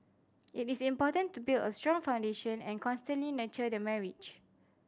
it is important to build a strong foundation and constantly nurture the marriage